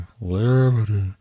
Liberty